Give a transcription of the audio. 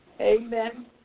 amen